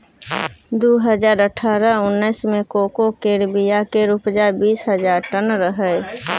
दु हजार अठारह उन्नैस मे कोको केर बीया केर उपजा बीस हजार टन रहइ